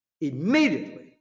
Immediately